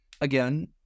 Again